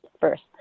first